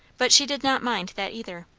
but she did not mind that either.